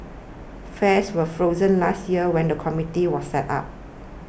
fares were frozen last year when the committee was set up